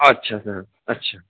اچھا سر اچھا